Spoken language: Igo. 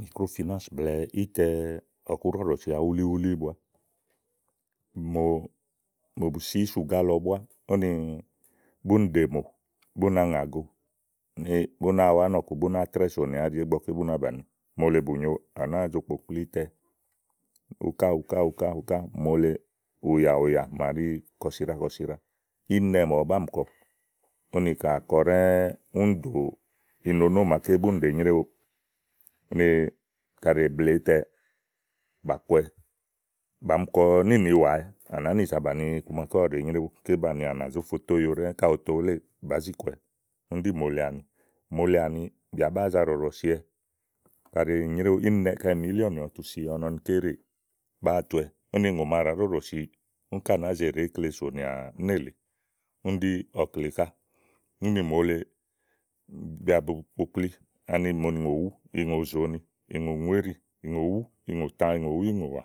Mìkrófinánsɛ blɛ̀ɛ ítɛ ɔ̀kú ɖɔɖɔ̀sia wúlíwúlí bua mò bù siì ísùgá lɔ búá úni búni ɖèm búna ŋàgo úni bú náa wa ánɔ̀ku bú náa trɛ́ɛ sonìà áɖì mòole bù nyo, à nàáa zo kpòkpli ítɛ uká uká mòole ùyà ùyà màa ówó ba kpalí ni kɔsíɖá kɔsíɖá íìnnɛ màa ɔwɔ báà mì kɔ úni ka ákɔ ɖɛ́ɛ́ úni ɖò inonó màaké búni ɖèe nyréwu úni kaɖi è bleè ítɛ bà kɔwɛ. bà mi kɔ níìniwàwɛ, à nàá ni zàa bàni iku màake ɔwɔ ɖèe nyréwu ké banìi à nà zó fo to óyo ɖɛ́ɛ́ kàɖi ò to wuléè, bàá zi kɔ̀ɔɔwɛ úni ɖí mòole àni. Mòole àni bìà bàáa za ɖɔ̀ɖɔ̀siɔwɛ è nyrèwu, kaɖi mìíllìnɔnì ɔwɔ tu si ɔwɔ nɔ ni ké ɖèè bàáa tuɔwɛ úni ùŋò màa ɖàá ɖɔ̀ɖɔ̀sì, úni ká nàáa ze ɖè ikle sònìà nélèe úni ɖí ɔkle ká. úni mòole, bìà bo kpòkpli ani ìŋòwù, ìŋòtɔ, iŋòzòònì, ìŋòŋúéɖì, ìŋòwú ìŋòtã, ìŋòwúìŋolã